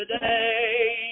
today